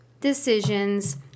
decisions